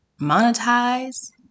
monetize